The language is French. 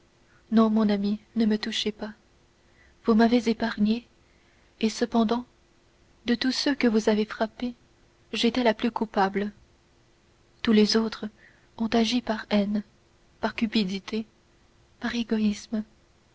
non mon ami ne me touchez pas vous m'avez épargnée et cependant de tous ceux que vous avez frappés j'étais la plus coupable tous les autres ont agi par haine par cupidité par égoïsme